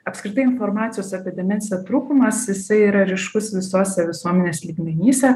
apskritai informacijos apie demenciją trūkumas jisai yra ryškus visuose visuomenės lygmenyse